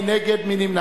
מי נגד?